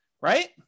right